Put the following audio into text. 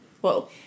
Whoa